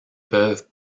peuvent